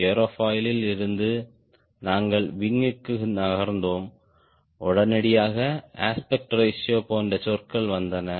aerofoil இருந்து நாங்கள் விங்க்கு நகர்ந்தோம் உடனடியாக அஸ்பெக்ட் ரேஷியோ போன்ற சொற்கள் வந்தன